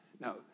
Now